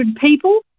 people